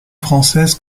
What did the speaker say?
française